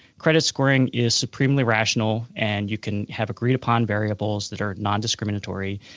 credit scoring is supremely rational, and you can have agreed upon variables that are nondiscriminatory.